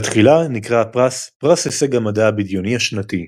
בתחילה נקרא הפרס "פרס הישג המדע הבדיוני השנתי"